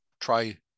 try